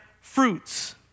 fruits